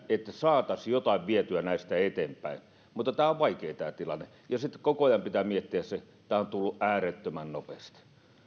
että saataisiin jotain näistä vietyä eteenpäin mutta tämä on vaikea tilanne ja sitten koko ajan pitää miettiä sitä että tämä on tullut äärettömän nopeasti